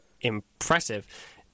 impressive